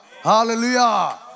Hallelujah